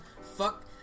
Fuck